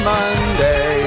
Monday